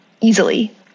easily